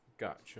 Gotcha